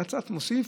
נת"צ מוסיף,